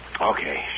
Okay